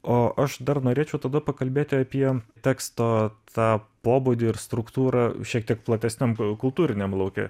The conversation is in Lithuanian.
o aš dar norėčiau tada pakalbėti apie teksto tą pobūdį ir struktūrą šiek tiek platesniam kultūriniam lauke